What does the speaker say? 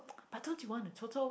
But don't you want a toto